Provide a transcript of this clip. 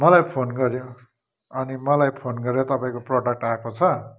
मलाई फोन गऱ्यो अनि मलाई फोन गरेर तपाईँको प्रोडक्ट आएको छ